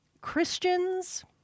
Christians